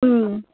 उम्